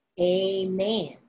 amen